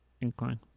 incline